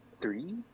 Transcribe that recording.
Three